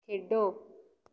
ਖੇਡੋ